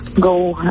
go